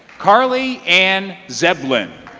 carly ann zevlin